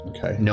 Okay